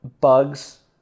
Bugs